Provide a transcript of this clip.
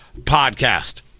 podcast